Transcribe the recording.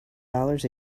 dollars